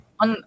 on